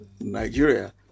Nigeria